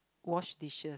wash dishes